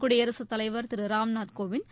குடியரசுத் தலைவா் திரு ராம்நாத் கோவிந்த்